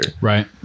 right